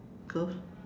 close